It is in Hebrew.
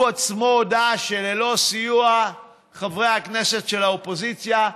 הוא עצמו הודה שללא סיוע חברי הכנסת של האופוזיציה,